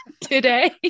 today